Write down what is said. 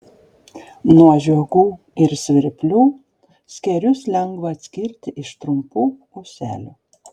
nuo žiogų ir svirplių skėrius lengva atskirti iš trumpų ūselių